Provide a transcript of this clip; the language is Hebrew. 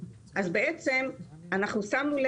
זו חברה מסחרית שמנסה